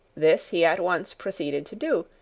this he at once proceeded to do,